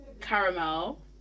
Caramel